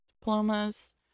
diplomas